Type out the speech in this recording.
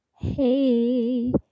hey